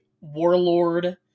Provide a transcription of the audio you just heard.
Warlord